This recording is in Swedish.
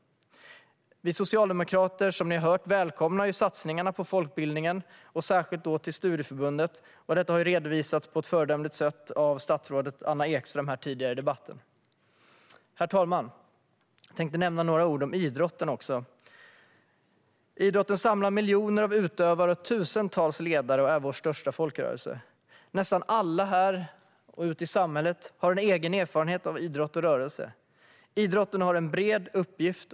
Vi socialdemokrater välkomnar satsningarna på folkbildningen och särskilt på studieförbunden. Detta redovisades tidigare i debatten på ett föredömligt sätt av statsrådet Anna Ekström. Herr talman! Jag tänkte nämna några ord också om idrotten. Idrotten samlar miljoner av utövare och tusentals ledare. Det är vår största folkrörelse. Nästan alla har en egen erfarenhet av idrott och rörelse. Idrotten har en bred uppgift.